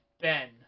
Ben